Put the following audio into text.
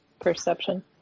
perception